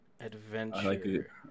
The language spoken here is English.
Adventure